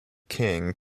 king